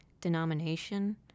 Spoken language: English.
denomination